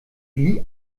wie